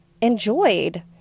enjoyed